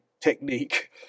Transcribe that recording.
technique